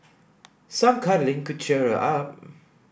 some cuddling could cheer her up